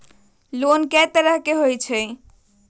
Loan कय तरह के होला?